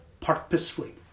purposefully